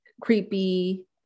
creepy